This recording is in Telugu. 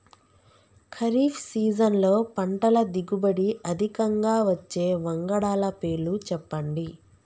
ఖరీఫ్ సీజన్లో పంటల దిగుబడి అధికంగా వచ్చే వంగడాల పేర్లు చెప్పండి?